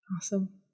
Awesome